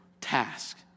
task